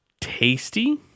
tasty